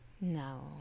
No